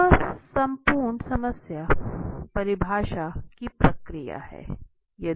यह संपूर्ण समस्या परिभाषा की प्रक्रिया है